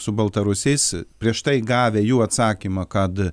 su baltarusiais prieš tai gavę jų atsakymą kad